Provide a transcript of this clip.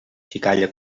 xicalla